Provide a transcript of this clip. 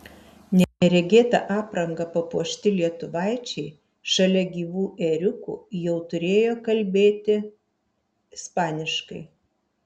neregėta apranga papuošti lietuvaičiai šalia gyvų ėriukų jau turėjo kalbėti ispaniškai